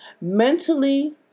Mentally